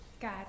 God